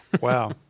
Wow